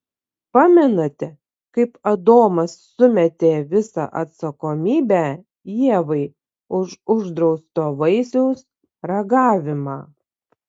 pamenate kaip adomas sumetė visą atsakomybę ievai už uždrausto vaisiaus ragavimą